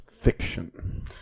Fiction